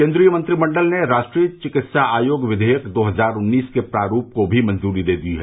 केंद्रीय मंत्रिमंडल ने राष्ट्रीय चिकित्सा आयोग विवेयक दो हजार उन्नीस के प्रारूप को भी मंजूरी दे दी है